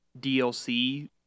DLC